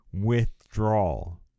withdrawal